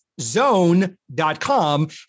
zone.com